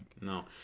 No